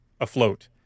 afloat